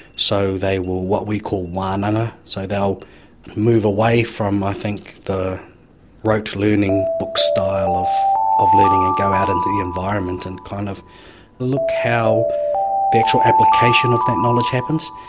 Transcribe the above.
so they will, what we call wananga, so they will move away from i think the rote learning book-style of of learning and go out into the environment and kind of look how the actual application of that knowledge happens,